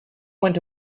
went